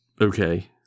Okay